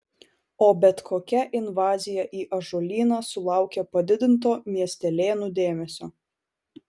o bet kokia invazija į ąžuolyną sulaukia padidinto miestelėnų dėmesio